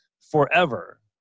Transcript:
forever